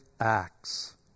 acts